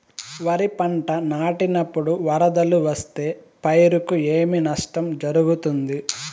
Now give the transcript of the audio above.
వరిపంట నాటినపుడు వరదలు వస్తే పైరుకు ఏమి నష్టం జరుగుతుంది?